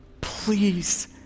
please